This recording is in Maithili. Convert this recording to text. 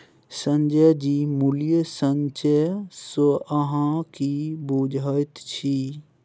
संजय जी मूल्य संचय सँ अहाँ की बुझैत छी?